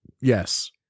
Yes